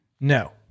No